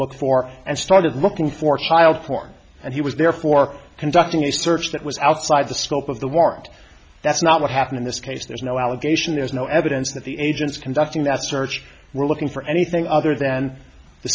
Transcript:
look for and started looking for child porn and he was therefore conducting a search that was outside the scope of the warrant that's not what happened in this case there's no allegation there's no evidence that the agents conducting that search were looking for anything other than the